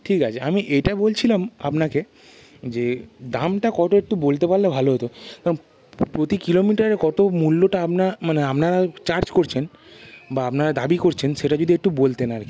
ঠিক আছে আমি এটা বলছিলাম আপনাকে যে দামটা কত একটু বলতে পারলে ভালো হতো কারণ প্রতি কিলোমিটারে কত মূল্যটা আপনার মানে আপনারা চার্জ করছেন বা আপনারা দাবি করছেন সেটা যদি একটু বলতেন আর কি